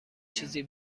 چیزی